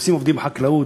מחפשים עובדים בחקלאות,